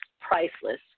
priceless